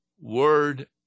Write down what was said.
word